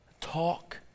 Talk